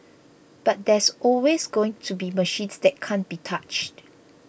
but there's always going to be machines that can't be touched